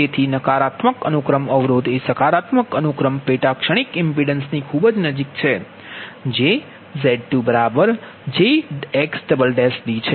તેથી નકારાત્મક અનુક્રમ અવરોધ એ સકારાત્મક અનુક્રમ પેટા ક્ષણિક ઇમ્પિડંસ ની ખૂબ નજીક છે જે Z2≈jXd છે